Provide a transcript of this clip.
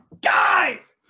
guys